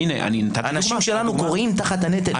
אנשים שלנו כורעים תחת הנטל.